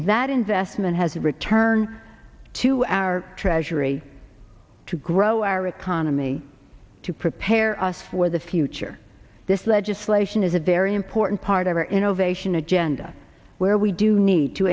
that investment has a return to our treasury to grow our economy to prepare us for the future this legislation is a very important part of our innovation agenda where we do need to